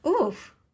oof